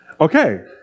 Okay